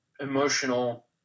emotional